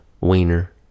wiener